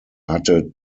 hatte